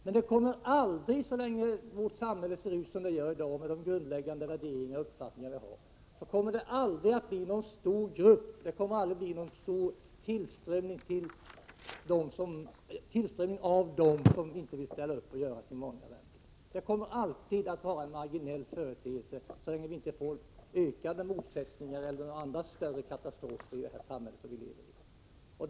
Men det kommer aldrig, så länge vårt samhälle ser ut som det gör i dag med de grundläggande värderingar och uppfattningar vi har, att bli någon stor grupp. Det kommer aldrig att bli någon större tillströmning av dem som inte vill ställa upp och göra den vanliga värnplikten. Detta kommer att vara en marginell företeelse, så länge vi inte får ökade motsättningar eller några andra katastrofer i det samhälle som vi lever i.